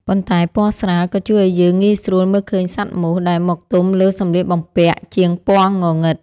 ប៉ុន្តែពណ៌ស្រាលក៏ជួយឱ្យយើងងាយស្រួលមើលឃើញសត្វមូសដែលមកទុំលើសម្លៀកបំពាក់ជាងពណ៌ងងឹត។